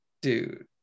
dude